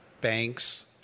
banks